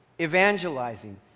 evangelizing